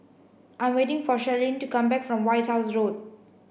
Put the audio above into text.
I'm waiting for Cherilyn to come back from White House Road